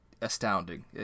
astounding